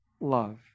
love